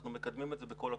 אנחנו מקדמים את זה בכל הכוח.